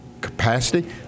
Capacity